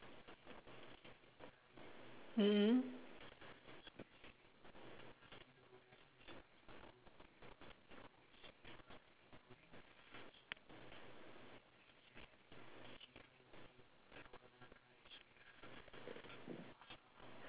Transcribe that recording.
mmhmm